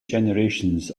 generations